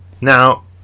Now